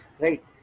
Right